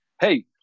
hey